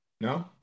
No